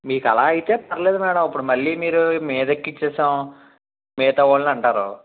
మీకు అలా అయితే పర్లేదు మేడం అప్పుడు మళ్ళీ మీరు మీద ఎక్కించేసాము మిగతా వాళ్ళని అంటారు